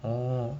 oh